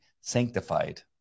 sanctified